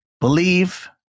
believe